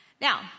Now